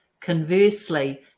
Conversely